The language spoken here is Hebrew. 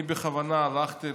אני בכוונה הלכתי,